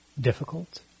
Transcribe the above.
difficult